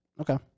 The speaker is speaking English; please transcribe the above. Okay